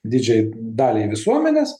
didžiajai daliai visuomenės